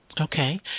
Okay